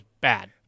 bad